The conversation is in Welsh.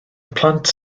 plant